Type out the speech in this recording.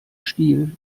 stiel